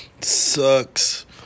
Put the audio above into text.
Sucks